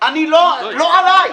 לא עליי.